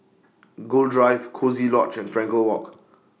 Gul Drive Coziee Lodge and Frankel Walk